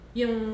yung